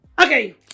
Okay